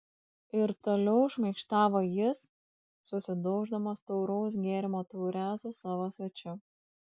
ir toliau šmaikštavo jis susidauždamas tauraus gėrimo taure su savo svečiu